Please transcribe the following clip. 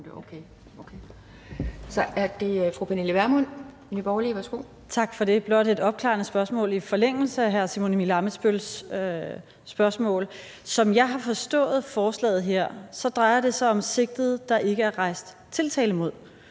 Tak for det. Det er blot et opklarende spørgsmål i forlængelse af hr. Simon Emil Ammitzbølls spørgsmål. Som jeg har forstået forslaget her, drejer det sig om sigtede, der ikke er rejst tiltale imod,